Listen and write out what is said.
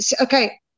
okay